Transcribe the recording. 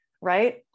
Right